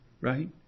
right